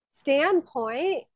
standpoint